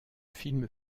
film